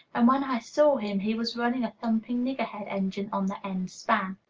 and when i saw him he was running a thumping niggerhead engine on the end-span.